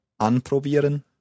Anprobieren